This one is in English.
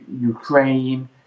Ukraine